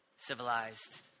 Civilized